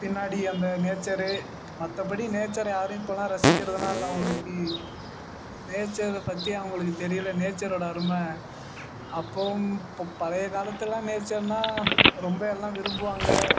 பின்னாடி அந்த நேச்சரு மற்றபடி நேச்சரை யாரும் இப்போல்லாம் ரசிக்கிறதுலாம் இல்லை அவங்களுக்கு நேச்சரைப் பற்றி அவங்களுக்கு தெரியல நேச்சரோட அருமை அப்பவும் இப்போ பழைய காலத்துலாம் நேச்சர்னால் ரொம்ப எல்லாம் விரும்புவாங்கள்